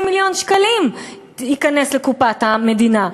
180 מיליון שקלים ייכנסו לקופת המדינה.